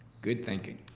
good thinking.